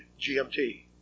GMT